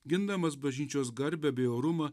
gindamas bažnyčios garbę bei orumą